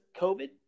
COVID